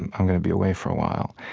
and i'm going to be away for a while.